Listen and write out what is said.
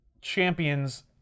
champions